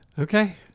Okay